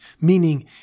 meaning